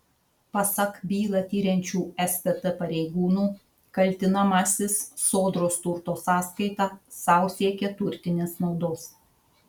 pasak bylą tiriančių stt pareigūnų kaltinamasis sodros turto sąskaita sau siekė turtinės naudos